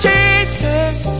Jesus